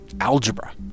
algebra